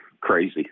crazy